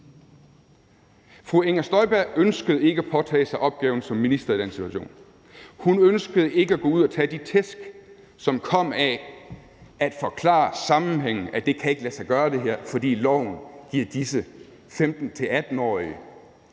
Fru Inger Støjberg ønskede ikke at påtage sig opgaven som minister i den situation. Hun ønskede ikke at gå ud at tage de tæsk, som kom af at forklare sammenhængen, at det ikke kan lade sig gøre, fordi loven giver disse 15-18-årige